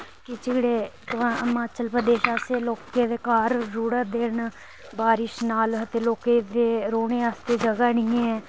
कि जेह्ड़े हिमाचल प्रदेश आह्ले लोकें दे घर रुढ़ा दे न बारिश दे बिच लोकें आस्तै रौह्ने आस्तै जगह निं ऐ